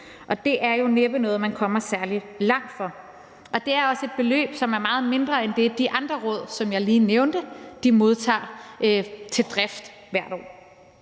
Og det er jo næppe noget, man kommer særlig langt for, og det er også et beløb, som er meget mindre end det, de andre råd, som jeg lige nævnte, modtager til drift hvert år.